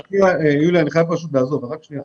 בסוף